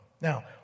Now